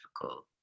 difficult